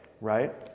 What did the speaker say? right